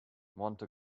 monte